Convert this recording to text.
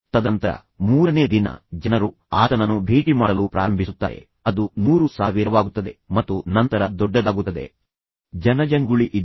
ತದನಂತರ ಮೂರನೇ ದಿನ ಜನರು ಆತನನ್ನು ಭೇಟಿ ಮಾಡಲು ಪ್ರಾರಂಭಿಸುತ್ತಾರೆ ಅದು ನೂರು ಸಾವಿರವಾಗುತ್ತದೆ ಮತ್ತು ನಂತರ ದೊಡ್ಡದಾಗುತ್ತದೆ ಜನಜಂಗುಳಿ ಇದೆ